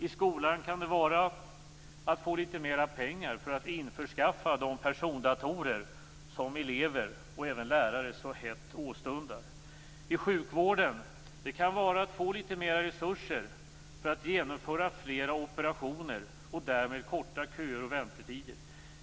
I skolan kan det vara att få litet mera pengar för att införskaffa de persondatorer som elever och även lärare så hett åstundar. I sjukvården kan det vara att få litet mera resurser för att kunna genomföra fler operationer och därmed korta köer och väntetider.